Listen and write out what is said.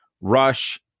rush